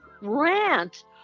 rant